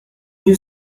you